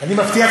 אני מבטיח,